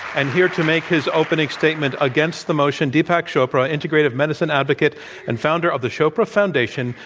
and here to make his opening statement against the motion, deepak chopra, integrative medicine advocate and founder of the chopra foundation.